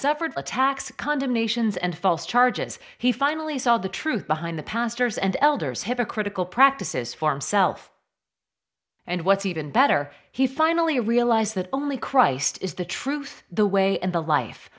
suffered attacks condemnations and false charges he finally saw the truth behind the pastors and elders hypocritical practices form self and what's even better he finally realized that only christ is the truth the way and the life